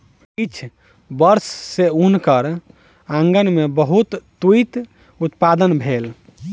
किछ वर्ष सॅ हुनकर आँगन में बहुत तूईत उत्पादन भेल